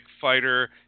fighter